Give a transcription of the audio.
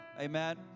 Amen